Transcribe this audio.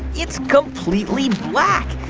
it's completely black.